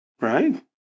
right